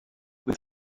with